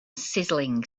sizzling